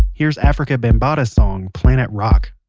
here's afrika bambaata's song planet rock